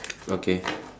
okay